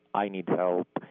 i need help,